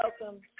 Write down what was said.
welcome